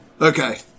Okay